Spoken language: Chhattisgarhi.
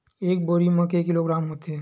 एक बोरी म के किलोग्राम होथे?